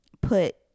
put